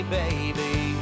baby